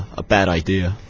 a bad idea